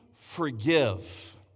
forgive